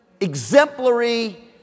exemplary